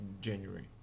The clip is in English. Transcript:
January